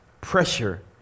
pressure